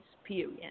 experience